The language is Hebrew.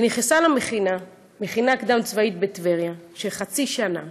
היא נכנסה למכינה קדם-צבאית של חצי שנה